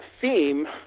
theme